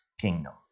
kingdom